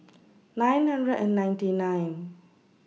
nine hundred and ninety nine